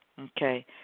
Okay